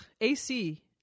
AC